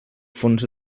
fons